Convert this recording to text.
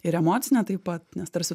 ir emocinę taip pat nes tarsi